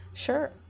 Sure